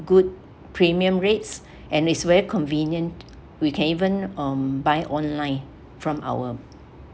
good premium rates and it's very convenient we can even um buy online from our